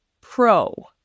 pro